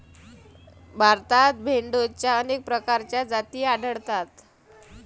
भारतात भेडोंच्या अनेक प्रकारच्या जाती आढळतात